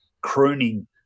crooning